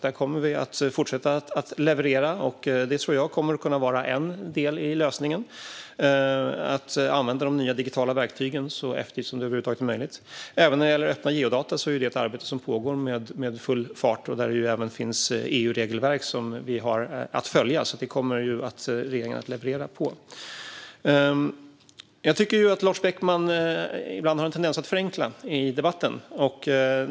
Där kommer vi alltså att fortsätta leverera. Att använda de nya digitala verktygen så effektivt som möjligt tror jag kommer att vara en del av lösningen. Även arbetet med öppna geodata pågår med full fart. Där har vi även EU-regelverk att följa. Det kommer regeringen alltså att leverera utifrån. Jag tycker att Lars Beckman ibland har en tendens att förenkla debatten.